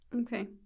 okay